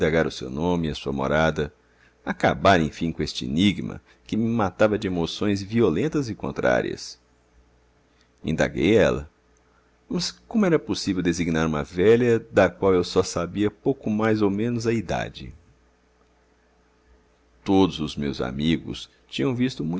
o seu nome e a sua morada acabar enfim com este enigma que me matava de emoções violentas e contrárias indaguei dela mas como era possível designar uma velha da qual eu só sabia pouco mais ou menos a idade todos os meus amigos tinham visto